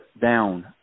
down